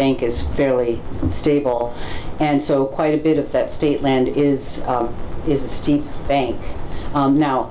bank is fairly stable and so quite a bit of that state land is is a steep bank now